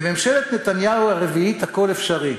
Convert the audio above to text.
בממשלת נתניהו הרביעית הכול אפשרי.